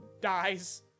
dies